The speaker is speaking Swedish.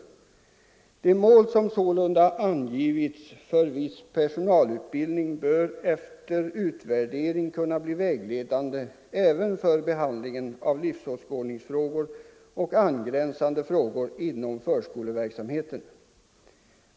De mål som sålunda angivits för viss personalutbildning bör efter utvärdering kunna bli vägledande även för behandlingen av livsåskådningsfrågor och angränsande frågor inom förskoleverksamheten.